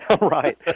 Right